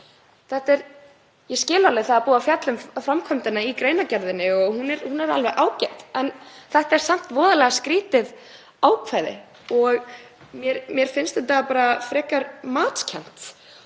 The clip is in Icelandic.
netöryggissveit. Það er búið að fjalla um framkvæmdina í greinargerðinni og hún er alveg ágæt en þetta er samt voðalega skrýtið ákvæði. Mér finnst þetta bara frekar matskennt.